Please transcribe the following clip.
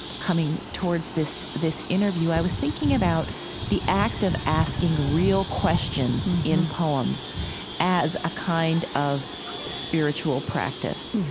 coming towards this this interview. i was thinking about the act of asking real questions in poems as a kind of spiritual practice.